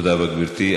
תודה רבה, גברתי.